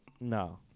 No